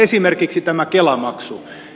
esimerkiksi tämä kela maksu